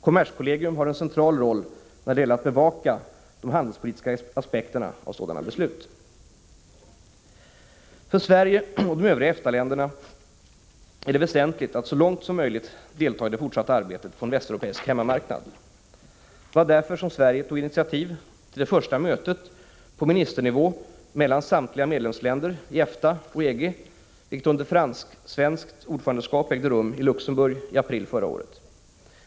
Kommerskollegium har en central roll när det gäller att bevaka de handelspolitiska aspekterna på sådana beslut. För Sverige och övriga EFTA-länder är det väsentligt att så långt som möjligt delta i det fortsatta arbetet på en västeuropeisk hemmamarknad. Det var därför som Sverige tog initiativ till det första mötet på ministernivå mellan samtliga medlemsländer i EFTA och EG, vilket under svensktfranskt ordförandeskap ägde rum i Luxemburg i april förra året.